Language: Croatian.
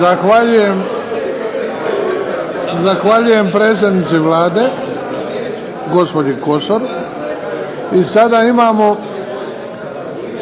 Zahvaljujem predsjednici Vlade, gospođi Kosor. I sada imamo